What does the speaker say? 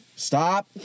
Stop